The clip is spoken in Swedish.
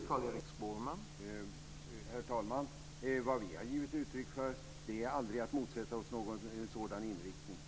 Herr talman! Vad vi har givit uttryck för är aldrig att motsätta oss någon sådan inriktning.